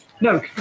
No